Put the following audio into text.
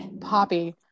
Poppy